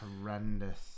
horrendous